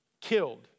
killed